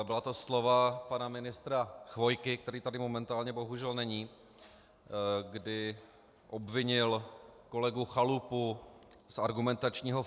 Byla to slova pana ministra Chvojky, který tady momentálně bohužel není, kdy obvinil kolegu Chalupu z argumentačního faulu.